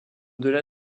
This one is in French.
delà